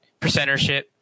percentership